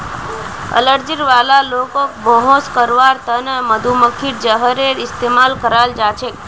allergy वाला लोगक बेहोश करवार त न मधुमक्खीर जहरेर इस्तमाल कराल जा छेक